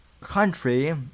country